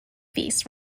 feasts